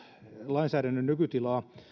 lainsäädännön nykytilaa